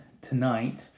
tonight